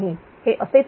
हे असेच राहील